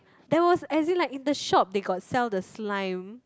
there was as it like in the shop they got sell the slime